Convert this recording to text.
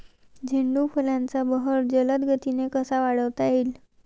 झेंडू फुलांचा बहर जलद गतीने कसा वाढवता येईल?